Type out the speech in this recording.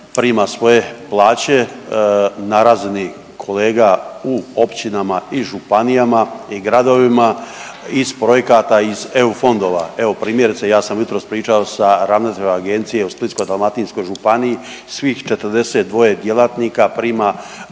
prima svoje plaće na razini kolega u općinama i županijama i gradovima iz projekata iz EU fondova. Evo, primjerice, ja sam jutros pričao sa ravnateljem agencije u Splitsko-dalmatinskoj županiji, svih 42 djelatnika prima